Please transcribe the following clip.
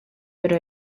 pero